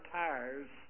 tires